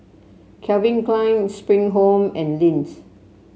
Calvin Klein Spring Home and Lindt